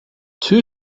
two